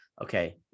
okay